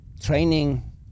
training